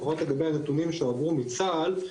לפחות לגבי הנתונים שהועברו מצה"ל,